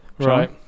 right